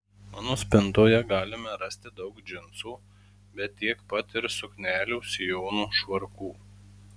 mano spintoje galime rasti daug džinsų bet tiek pat ir suknelių sijonų švarkų